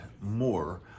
more